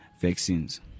vaccines